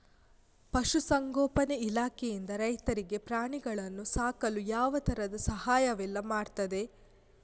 ಪಶುಸಂಗೋಪನೆ ಇಲಾಖೆಯಿಂದ ರೈತರಿಗೆ ಪ್ರಾಣಿಗಳನ್ನು ಸಾಕಲು ಯಾವ ತರದ ಸಹಾಯವೆಲ್ಲ ಮಾಡ್ತದೆ?